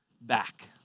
back